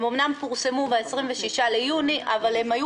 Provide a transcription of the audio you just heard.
הם אמנם פורסמו ב-26 ביוני אבל הם היו